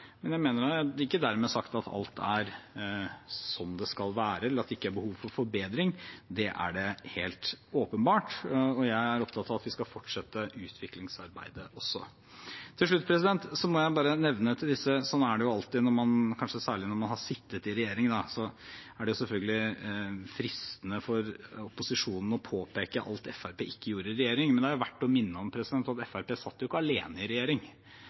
ikke dermed sagt at alt er som det skal være, eller at det ikke er behov for forbedring. Det er det helt åpenbart, og jeg er opptatt av at vi skal fortsette utviklingsarbeidet også. Til slutt: Det er selvfølgelig alltid , kanskje særlig når man har sittet i regjering, fristende for opposisjonen å påpeke alt Fremskrittspartiet ikke gjorde i regjering. Men det er verdt å minne om at Fremskrittspartiet satt jo ikke alene i regjering.